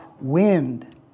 wind